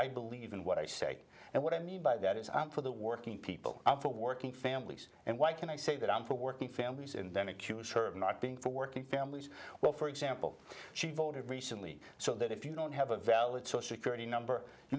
i believe in what i say and what i mean by that is i'm for the working people and for working families and why can i say that i'm for working families and then accuse her of not being for working families well for example she voted recently so that if you don't have a valid social security number